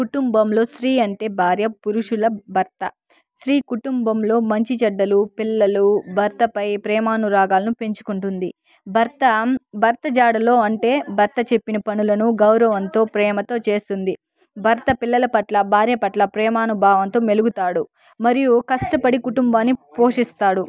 కుటుంబంలో స్త్రీ అంటే భార్య పురుషుల భర్త స్త్రీ కుటుంబంలో మంచి చెడ్డలు పిల్లలు భర్తపై ప్రేమానురాగాలను పెంచుకుంటుంది భర్త భర్త జాడలో అంటే భర్త చెప్పిన పనులను గౌరవంతో ప్రేమతో చేస్తుంది భర్త పిల్లల పట్ల భార్య పట్ల ప్రేమాను భావంతో మెలుగుతాడు మరియు కష్టపడి కుటుంబాన్ని పోషిస్తాడు